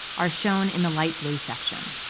are shown in the light blue section.